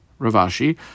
Ravashi